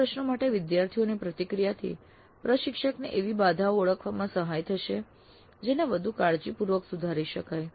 આ પ્રશ્નો માટે વિદ્યાર્થીઓની પ્રતિક્રિયાથી પ્રશિક્ષકને એવી બાધાઓ ઓળખવામાં સહાય થશે જેને વધુ કાળજીપૂર્વક સુધારી શકાય